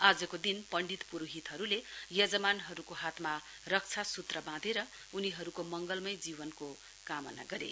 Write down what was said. आजको दिन पण्डित पुरोहितहरूले यजमानहरूको हातमा रक्षासुत्र बांधेर उनीहरूको मङ्गलमय जीवनमा कामना गरे